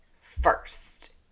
first